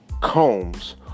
Combs